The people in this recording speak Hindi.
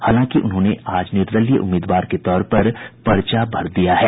हालांकि उन्होंने आज निर्दलीय उम्मीदवार के तौर पर पर्चा दाखिल कर दिया है